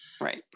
Right